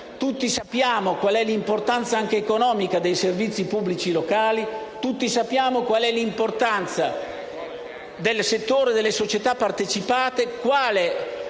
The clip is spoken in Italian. Tutti sappiamo qual è l'importanza anche economica dei servizi pubblici locali; tutti sappiamo qual è l'importanza del settore della società partecipate e quale